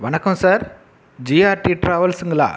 வணக்கம் sir GRT டிராவல்ஸுங்களா